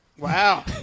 Wow